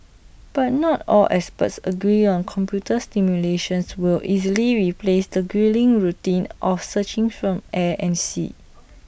but not all experts agree on computer simulations will easily replace the gruelling routine of searching from air and sea